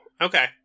okay